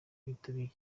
bitabiriye